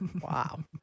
Wow